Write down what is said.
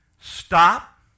stop